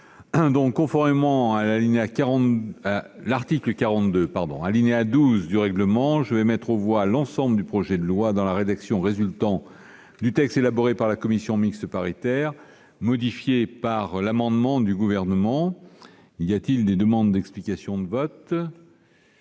Conformément à l'article 42, alinéa 12, du règlement, je vais mettre aux voix l'ensemble du projet de loi dans la rédaction résultant du texte élaboré par la commission mixte paritaire, modifié par l'amendement du Gouvernement. Personne ne demande la parole ?